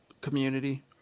community